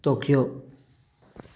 Tokyo